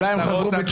חבר הכנסת כהנא,